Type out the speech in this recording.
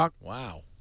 Wow